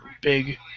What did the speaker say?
big